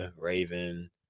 Raven